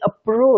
approach